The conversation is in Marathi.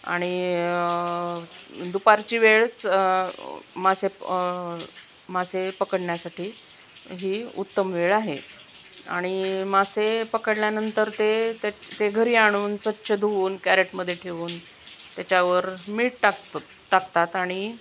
आणि दुपारची वेळ स मासे मासे पकडण्यासाठी ही उत्तम वेळ आहे आणि मासे पकडल्यानंतर ते त्या ते घरी आणून स्वच्छ धुवून कॅरेटमध्ये ठेवून त्याच्यावर मीठ टाकतो टाकतात आणि